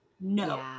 no